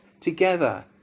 together